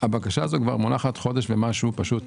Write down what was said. הבקשה הזאת מונחת חודש ומשהו,